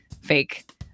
fake